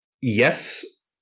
yes